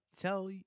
tell